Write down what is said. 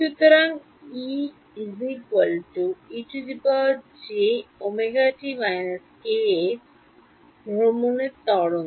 সুতরাং ডান হাতের ভ্রমণের তরঙ্গ